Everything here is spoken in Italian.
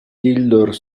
tildor